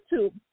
YouTube